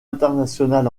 international